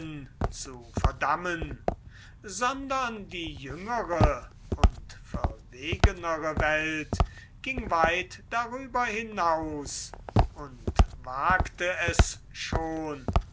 zu verdammen sondern die jüngere und verwegenere welt ging weit darüber hinaus und wagte es schon